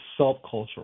subcultural